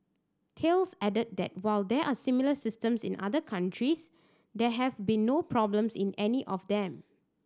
Thales added that while there are similar systems in other countries there have been no problems in any of them